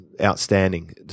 outstanding